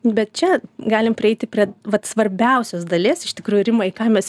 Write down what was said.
bet čia galim prieiti prie vat svarbiausios dalies iš tikrųjų rima į ką mes